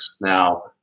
now